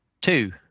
two